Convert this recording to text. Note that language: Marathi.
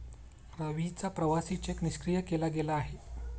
रवीचा प्रवासी चेक निष्क्रिय केला गेलेला आहे